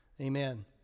amen